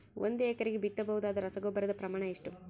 ಒಂದು ಎಕರೆಗೆ ಬಿತ್ತಬಹುದಾದ ರಸಗೊಬ್ಬರದ ಪ್ರಮಾಣ ಎಷ್ಟು?